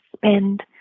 Spend